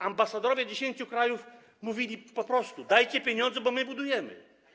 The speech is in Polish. Ambasadorowie 10 krajów mówili po prostu: dajcie pieniądze, bo my budujemy.